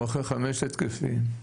הוא אחרי חמישה התקפים.